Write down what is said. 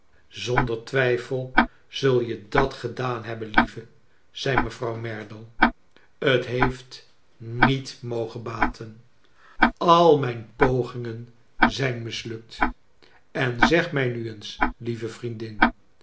zonder twijfel zul je dat gedaan hebben lieve zei mevrouw merdle t heeft niet mogen baten al mijn pogingen zijn mislukt en zeg mij nu eens lieve vriendin